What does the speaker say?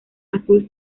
azul